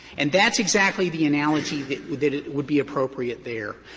and that's exactly the analogy that would would be appropriate there.